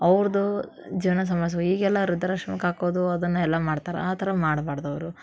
ಅವ್ರದ್ದು ಈಗೆಲ್ಲ ವೃದ್ಧಾಶ್ರಮಕ್ಕೆ ಹಾಕೋದು ಅದನ್ನು ಎಲ್ಲ ಮಾಡ್ತಾರೆ ಆ ಥರ ಮಾಡ್ಬಾರ್ದು ಅವರು